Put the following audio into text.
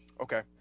Okay